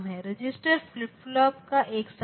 register flip flop का एक संग्रह है